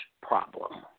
problem